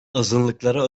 azınlıklara